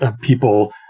people